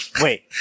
Wait